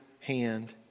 hand